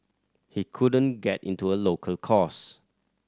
he couldn't get into a local course